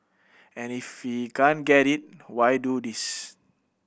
and if he can't get it why do this